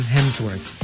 Hemsworth